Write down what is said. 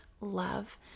love